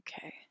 Okay